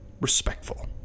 respectful